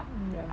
mm ya